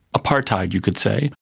apartheid you could say.